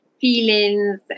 feelings